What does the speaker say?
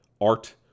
art